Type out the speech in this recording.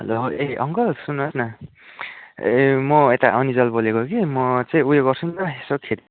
hello ए uncle सुन्नुहोस् न ए म यता अनिजल बोलेको कि म चाहिँ उयो गर्छ नि त यसो खेत